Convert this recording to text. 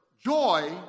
joy